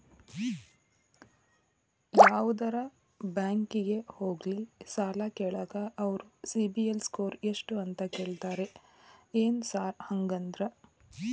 ಯಾವದರಾ ಬ್ಯಾಂಕಿಗೆ ಹೋಗ್ಲಿ ಸಾಲ ಕೇಳಾಕ ಅವ್ರ್ ಸಿಬಿಲ್ ಸ್ಕೋರ್ ಎಷ್ಟ ಅಂತಾ ಕೇಳ್ತಾರ ಏನ್ ಸಾರ್ ಹಂಗಂದ್ರ?